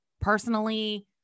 personally